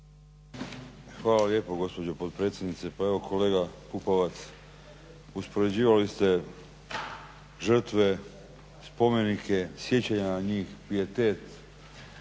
Hvala lijepo gospođo potpredsjednice. Pa evo kolega Pupovac, uspoređivali ste žrtve, spomenike, sjećanja na njih, pijetet